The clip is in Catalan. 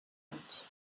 anys